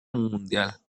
mundial